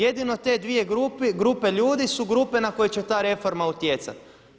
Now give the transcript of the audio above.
Jedino te dvije grupe ljudi su grupe na koje će ta reforma utjecat.